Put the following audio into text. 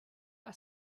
are